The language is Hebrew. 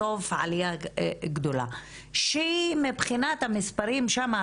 בסוף עליה גדולה שהיא מבחינת המספרים שם,